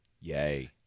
Yay